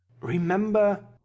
Remember